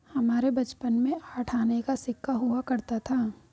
हमारे बचपन में आठ आने का सिक्का हुआ करता था